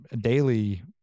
daily